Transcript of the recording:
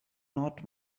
not